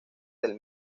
del